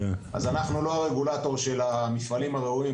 אז אנחנו לא רגולטור של המפעלים הראויים,